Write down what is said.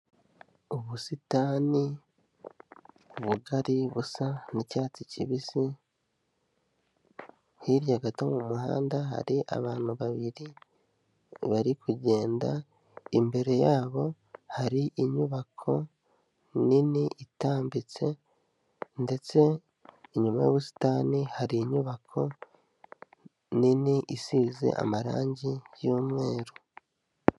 Ubusitani bugari busa n'icyatsi kibisi, hirya gato mu muhanda hari abantu babiri bari kugenda imbere yabo hari inyubako nini itambitse ndetse inyuma y'ubusitani hari inyubako nini isize amarangi y'umweru.